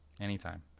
anytime